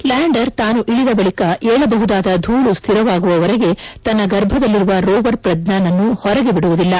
lander ತಾನು ಇಳಿದ ಬಳಿಕ ಏಳಬಹುದಾದ ಧೂಳು ಸ್ನಿರವಾಗುವವರೆಗೆ ತನ್ನ ಗರ್ಭದಲ್ಲಿರುವ ರೋವರ್ ಪ್ರಜ್ನಾನ್ ಅನ್ನು ಹೊರಗೆ ಬಿಡುವುದಿಲ್ಲ